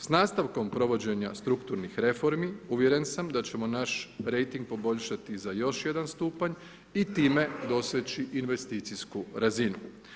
S nastavkom provođenja strukturnih reformi, uvjeren sam da ćemo naš rejting poboljšati za još jedan stupanj i time doseći investicijsku razinu.